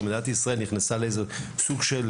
כאשר מדינת ישראל נכנסה לסוג של